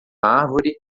árvore